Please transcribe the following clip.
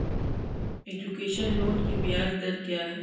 Education loan की ब्याज दर क्या है?